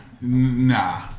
Nah